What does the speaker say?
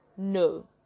No